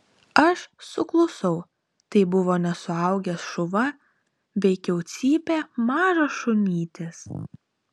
aš suklusau tai buvo ne suaugęs šuva veikiau cypė mažas šunytis